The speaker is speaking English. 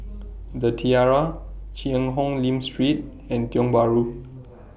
The Tiara Cheang Hong Lim Street and Tiong Bahru